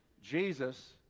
Jesus